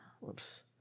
Whoops